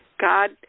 god